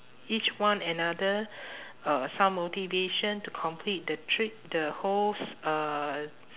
each one another uh some motivation to complete the trip the whole s~ uh